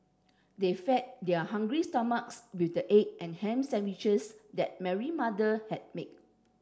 they fed their hungry stomachs with the egg and ham sandwiches that Mary mother had made